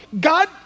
God